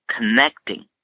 connecting